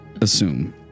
assume